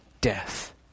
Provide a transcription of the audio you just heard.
death